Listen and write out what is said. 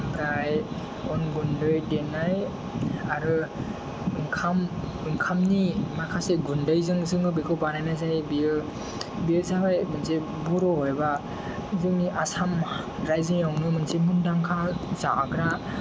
ओमफ्राय अन गुन्दै देनाय आरो ओंखाम ओंखामनि माखासे गुन्दैजों जोङो बेखौ बानायनाय जायो बेयो बेयो जाबाय मोनसे बर' एबा जोंनि आसाम राइजोयावनो मोनसे मुंदांखा जाग्रा